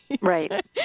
Right